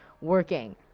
working